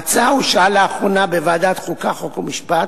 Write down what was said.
ההצעה אושרה לאחרונה בוועדת החוקה, חוק ומשפט,